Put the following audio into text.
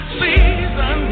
season